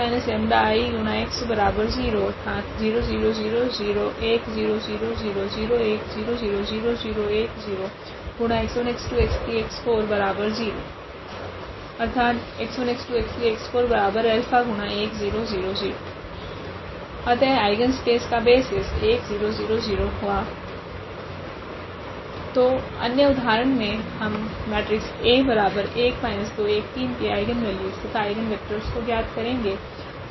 eigenvectors 𝜆2 अतः eigenspace का basis 1000𝑇 तो अन्य उदाहरण मे हम मेट्रिक्स के आइगनवेल्यूस तथा आइगनवेक्टरस को ज्ञात करेगे